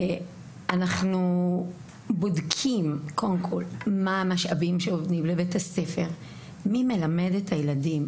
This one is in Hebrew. אנחנו בודקים קודם כל מה המשאבים שנותנים לבית הספר ומי מלמד את הילדים.